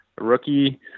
rookie